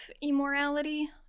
immorality